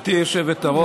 גברתי היושבת-ראש,